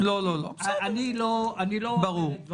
אני לא אומר את דבריי.